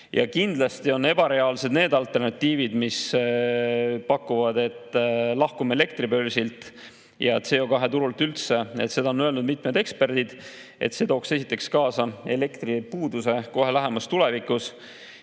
Kindlasti on ebareaalsed need alternatiivid, mis pakuvad, et lahkume elektribörsilt ja CO2-turult üldse. Mitmed eksperdid on öelnud, et see tooks esiteks kaasa elektripuuduse kohe lähemas tulevikus